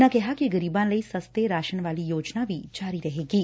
ਉਨ੍ਹਾਂ ਕਿਹਾ ਕਿ ਗਰੀਬਾਂ ਲਈ ਸਸਤੇ ਰਾਸ਼ਨ ਵਾਲੀ ਯੋਜਨਾ ਵੀ ਜਾਰੀ ਰਹੇਗੀ